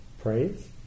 Praise